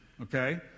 okay